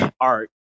art